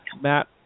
Matt